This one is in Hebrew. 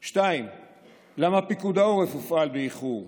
2. למה פיקוד העורף הופעל באיחור?